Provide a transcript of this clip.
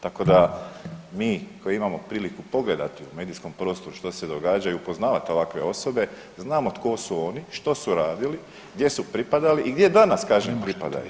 Tako da mi koji imamo priliku pogledati u medijskom prostoru što se događa i upoznavati ovakve osobe, znamo tko su oni, što su radili, gdje su pripadali i gdje danas kažem, pripadaju.